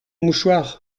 mouchoir